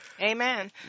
Amen